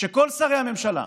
שכל שרי הממשלה,